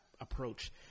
approach